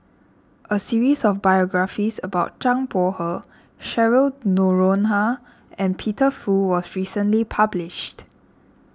a series of biographies about Zhang Bohe Cheryl Noronha and Peter Fu was recently published